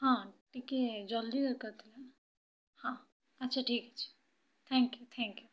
ହଁ ଟିକେ ଜଲ୍ଦି ଦରକାର ଥିଲା ହଁ ଆଚ୍ଛା ଠିକ୍ଅଛି ଥ୍ୟାଙ୍କ୍ ୟୁ ଥ୍ୟାଙ୍କ୍ ୟୁ